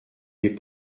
n’es